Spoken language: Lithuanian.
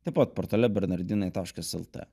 taip pat portale bernardinai taškas lt